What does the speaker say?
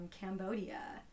Cambodia